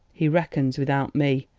he reckons without me,